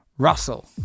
Russell